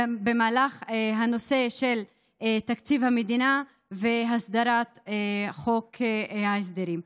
במהלך הנושא של תקציב המדינה והסדרת חוק ההסדרים.